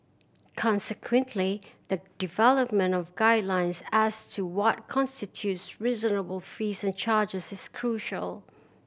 consequently the development of guidelines as to what constitutes reasonable fees and charges is crucial